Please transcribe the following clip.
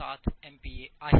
07 MPa Nmm2 आहे